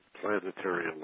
planetary